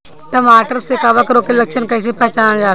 टमाटर मे कवक रोग के लक्षण कइसे पहचानल जाला?